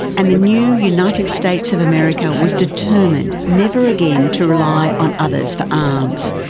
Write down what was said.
and the new united states of america was determined never again to rely on others for arms,